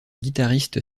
guitariste